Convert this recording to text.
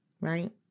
right